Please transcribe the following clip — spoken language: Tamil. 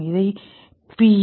இதை பி